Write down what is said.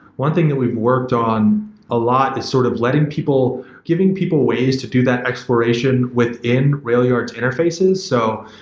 one thing that we've worked on a lot is sort of letting people giving people ways to do that exploration within railyard's interfaces. so,